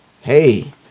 Hey